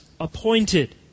appointed